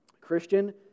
Christian